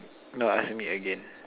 no ask me again